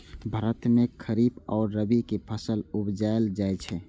भारत मे खरीफ आ रबी के फसल उपजाएल जाइ छै